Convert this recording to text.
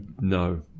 no